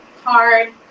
hard